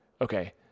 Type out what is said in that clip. Okay